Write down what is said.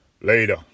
Later